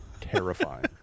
terrifying